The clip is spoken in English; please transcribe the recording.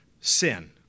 Sin